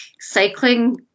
cycling